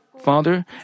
Father